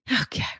Okay